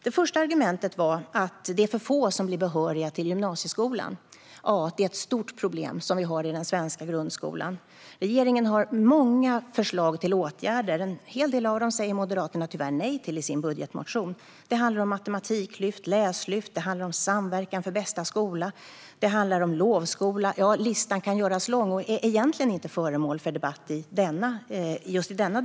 Det första argumentet var att det är för få som blir behöriga till gymnasieskolan. Ja, det är ett stort problem som vi har i den svenska grundskolan. Regeringen har många förslag till åtgärder. En hel del av dem säger Moderaterna tyvärr nej till i sin budgetmotion. Det handlar om matematiklyft, läslyft, Samverkan för bästa skola och lovskola. Listan kan göras lång och är egentligen inte föremål för debatt just i dag.